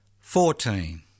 fourteen